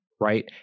right